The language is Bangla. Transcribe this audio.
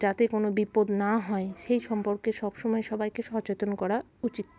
যাতে কোনো বিপদ না হয় সেই সম্পর্কে সব সময় সবাইকে সচেতন করা উচিত